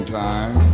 time